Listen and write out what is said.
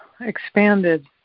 expanded